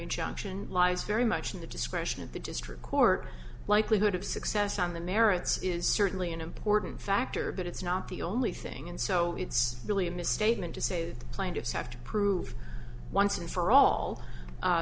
injunction lies very much in the discretion of the district court likelihood of success on the merits is certainly an important factor but it's not the only thing and so it's really a misstatement to say the plaintiffs have to prove once and for all